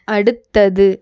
அடுத்தது